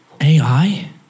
AI